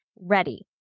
ready